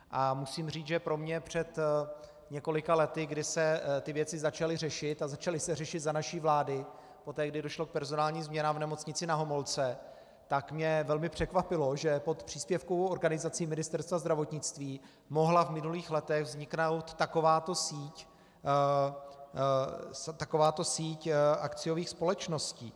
A musím říct, že pro mě před několika lety, kdy se ty věci začaly řešit a začaly se řešit za naší vlády poté, kdy došlo k personálním změnám v Nemocnici Na Homolce, tak mě velmi překvapilo, že pod příspěvkovou organizací Ministerstva zdravotnictví mohla v minulých letech vzniknout takováto síť akciových společností.